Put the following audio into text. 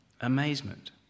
amazement